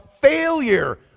failure